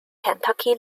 kentucky